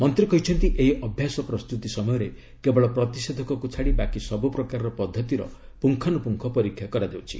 ମନ୍ତ୍ରୀ କହିଛନ୍ତି ଏହି ଅଭ୍ୟାସ ପ୍ରସ୍ତୁତି ସମୟରେ କେବଳ ପ୍ରତିଷେଧକକୁ ଛାଡି ବାକି ସବୁ ପ୍ରକାରର ପଦ୍ଧତିର ପୁଙ୍ଗାନୁପୁଙ୍ଗ ପରୀକ୍ଷା କରାଯାଉଛି